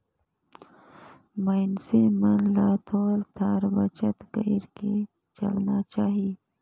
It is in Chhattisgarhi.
मइनसे मन ल थोर थार बचत कइर के चलना चाही